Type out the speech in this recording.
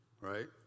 right